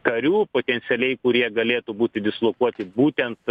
karių potencialiai kurie galėtų būti dislokuoti būtent